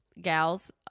gals